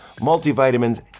Multivitamins